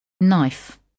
KNIFE